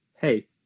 Hey